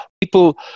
people